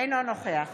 אינו נוכח